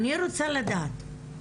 אני רוצה לדעת,